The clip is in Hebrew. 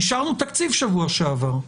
אישרנו תקציב שבוע שעבר.